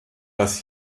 das